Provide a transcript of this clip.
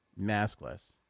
maskless